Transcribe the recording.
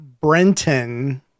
Brenton